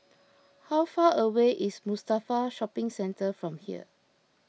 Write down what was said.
how far away is Mustafa Shopping Centre from here